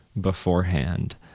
beforehand